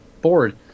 board